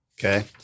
Okay